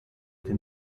den